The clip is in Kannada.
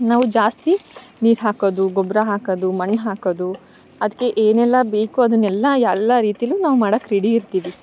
ನಾವು ಜಾಸ್ತಿ ನೀರು ಹಾಕೋದು ಗೊಬ್ರ ಹಾಕೋದು ಮಣ್ಣು ಹಾಕೋದು ಅದ್ಕೆ ಏನೆಲ್ಲ ಬೇಕು ಅದನೆಲ್ಲ ಎಲ್ಲ ರೀತಿಯಲ್ಲು ನಾವು ಮಾಡೋಕ್ಕೆ ರೆಡಿ ಇರ್ತೀವಿ